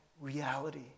reality